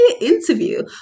interview